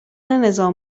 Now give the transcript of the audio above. نظام